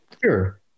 Sure